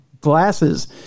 glasses